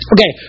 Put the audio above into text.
Okay